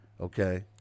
okay